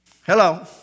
Hello